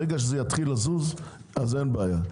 ברגע שזה יתחיל לזוז אז אין בעיה,